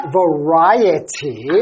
variety